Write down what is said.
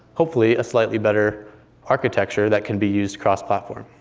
hopefully, a slightly better architecture that can be used cross-platform.